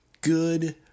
good